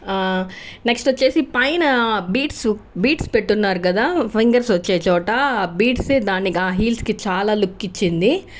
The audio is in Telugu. నెక్స్ట్ వచ్చి పైన బీట్స్ బీట్స్ పెట్టున్నారు కదా ఫింగర్స్ వచ్చే చోట బీట్స్యే దాన్ని హీల్స్కి చాలా లుక్ ఇచ్చింది